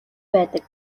байдаг